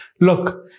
look